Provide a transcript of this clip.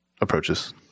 approaches